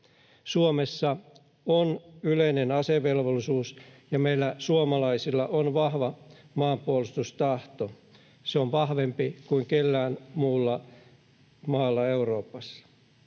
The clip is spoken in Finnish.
Suomessa on yleinen asevelvollisuus, ja meillä suomalaisilla on vahva maanpuolustustahto. Se on vahvempi kuin kellään muulla maalla Euroopassa.